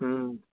हुँ